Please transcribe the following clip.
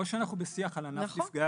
או שאנחנו בשיח על ענף נפגעי